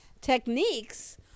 techniques